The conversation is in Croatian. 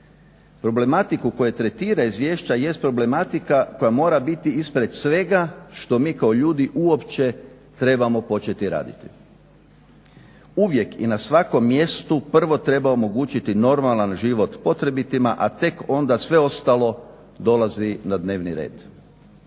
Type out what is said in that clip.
Problematiku koja tretira izvješća jest problematika koja mora biti ispred svega što mi kao ljudi uopće trebamo početi raditi. Uvijek i na svakom mjestu prvo treba omogućiti normalan život potrebitima, a tek onda sve ostalo dolazi na dnevni red.